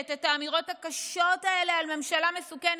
את האמירות הקשות האלה על ממשלה מסוכנת,